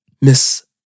Miss